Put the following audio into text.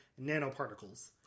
nanoparticles